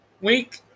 week